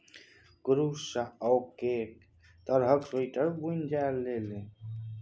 कुरूश सँ ओ कैक तरहक स्वेटर बुनि लेलनि